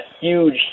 huge